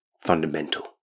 fundamental